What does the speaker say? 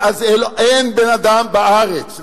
אין בן-אדם בארץ,